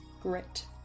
grit